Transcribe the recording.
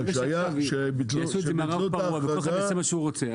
אם כל אחד עושה מה שהוא רוצה.